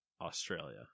Australia